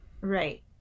right